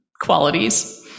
qualities